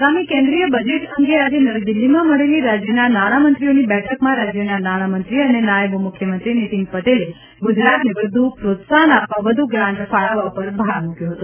આગામી કેન્દ્રીય બજેટ અંગે આજે નવી દિલ્હીમાં મળેલી રાજ્યના નાણામંત્રીઓની બેઠકમાં રાજ્યના નાણામંત્રી અને નાયબ મુખ્યમંત્રી નીતિન પટેલે ગુજરાતને વધુ પ્રોત્સાહન આપવા વધુ ગ્રાન્ટ ફાળવવા પર ભાર મુક્યો હતો